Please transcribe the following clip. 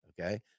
okay